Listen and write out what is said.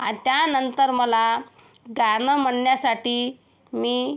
आणि त्यानंतर मला गाणं म्हणण्यासाठी मी